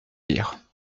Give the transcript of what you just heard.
lire